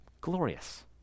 glorious